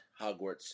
Hogwarts